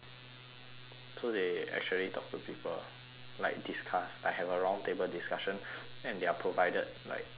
so they actually talk to people like discuss like have a round table discussion and they're provided like food as well